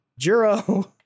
Juro